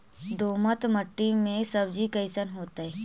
दोमट मट्टी में सब्जी कैसन होतै?